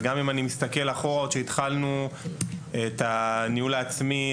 וכשהתחלנו את הניהול העצמי,